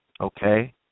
Okay